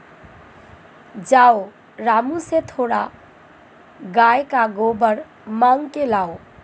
जाओ रामू से थोड़ा गाय का गोबर मांग के लाओ